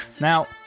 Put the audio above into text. now